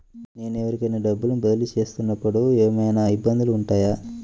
నేను ఎవరికైనా డబ్బులు బదిలీ చేస్తునపుడు ఏమయినా ఇబ్బందులు వుంటాయా?